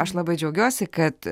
aš labai džiaugiuosi kad